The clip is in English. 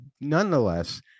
nonetheless